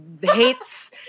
hates